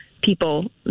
people